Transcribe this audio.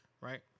Right